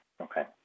Okay